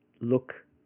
look